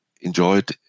enjoyed